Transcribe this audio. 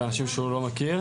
ואת האנשים שהוא לא מכיר.